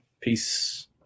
Peace